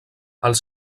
els